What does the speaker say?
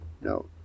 No